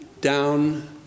down